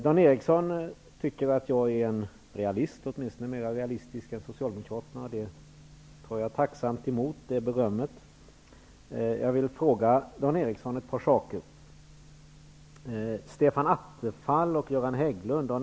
Dan Ericsson i Kolmården tycker att jag är en realist, åtminstone är jag mer realistisk än Socialdemokraterna. Det berömmet tar jag tacksamt emot. Jag vill fråga Dan Ericsson om ett par saker.